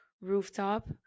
rooftop